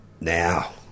Now